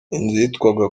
yitwaga